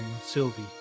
Sylvie